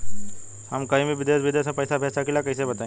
हम कहीं भी देश विदेश में पैसा भेज सकीला कईसे बताई?